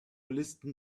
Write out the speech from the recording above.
listen